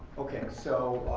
okay, so